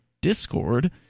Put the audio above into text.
Discord